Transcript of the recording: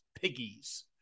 piggies